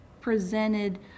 presented